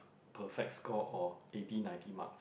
perfect score or eighty ninety marks